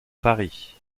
paris